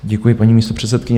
Děkuji, paní místopředsedkyně.